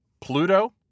Pluto